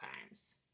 crimes